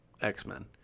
x-men